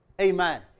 Amen